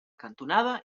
cantonada